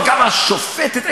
וגם השופטת,